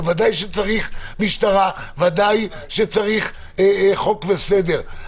ודאי שצריך משטרה, ודאי שצריך חוק וסדר.